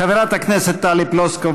חברת הכנסת טלי פלוסקוב,